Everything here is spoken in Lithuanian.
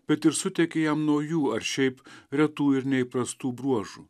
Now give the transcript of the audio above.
bet ir suteikė jam naujų ar šiaip retų ir neįprastų bruožų